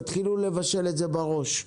תתחילו לבשל את זה בראש.